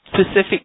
specific